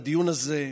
בדיון הזה?